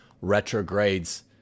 retrogrades